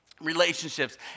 relationships